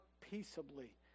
peaceably